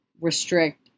restrict